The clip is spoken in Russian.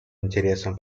интересом